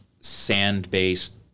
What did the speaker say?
sand-based